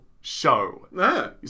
show